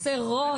חסרות.